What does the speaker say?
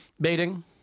Baiting